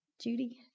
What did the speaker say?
Judy